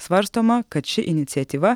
svarstoma kad ši iniciatyva